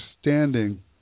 standing